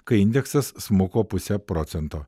kai indeksas smuko puse procento